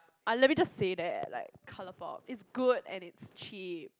uh let me just say that like ColourPop it's good and it's cheap